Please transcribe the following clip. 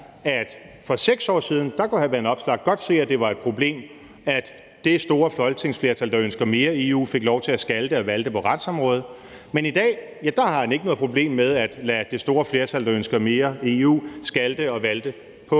at for 6 år siden kunne hr. Alex Vanopslagh godt se, at det var et problem, at det store folketingsflertal, der ønsker mere EU, fik lov til at skalte og valte på retsområdet, men i dag har han ikke noget problem med at lade det store flertal, der ønsker mere EU, skalte og valte på